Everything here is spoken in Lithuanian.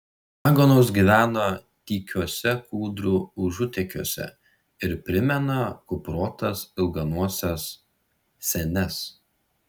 raganos gyvena tykiuose kūdrų užutėkiuose ir primena kuprotas ilganoses senes